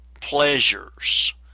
pleasures